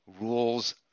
rules